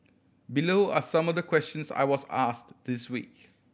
below are some of the questions I was asked this week